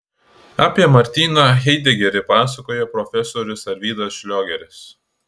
apie martiną haidegerį pasakoja profesorius arvydas šliogeris